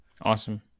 awesome